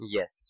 Yes